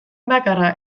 bakarra